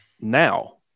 now